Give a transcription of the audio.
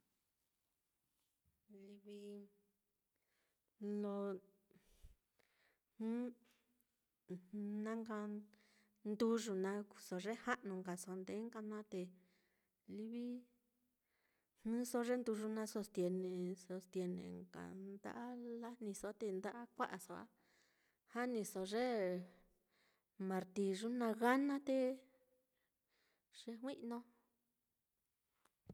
Livi lo na nka nduyu naá kuuso ye ja'nu nkaso, ndee nka naá te livi jnɨso ye nduyu naá sostiene sostiene nka nda'a lajniso a te nda'a kua'aso á janiso ye martiyu naá gana te yejui'no.